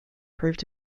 proved